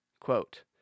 Quote